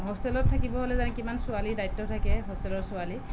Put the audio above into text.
হোষ্টেলত থাকিব হ'লে কিমান ছোৱালীৰ দায়িত্ব থাকে হোষ্টেলৰ ছোৱালী